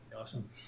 Awesome